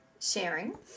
sharing